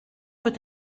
peut